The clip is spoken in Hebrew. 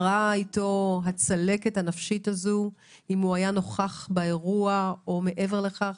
אתו הצלקת הנפשית הזו אם הוא היה נוכח באירוע או מעבר לכך,